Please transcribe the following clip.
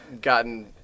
gotten